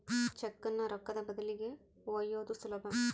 ಚೆಕ್ಕುನ್ನ ರೊಕ್ಕದ ಬದಲಿಗಿ ಒಯ್ಯೋದು ಸುಲಭ